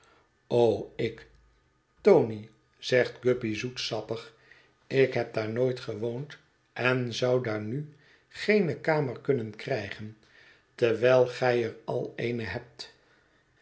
o ik tony zegt guppy zoetsappig ik heb daar nooit gewoond en zou daar nu geene kamer kunnen krijgen terwijl gij er al eene hebt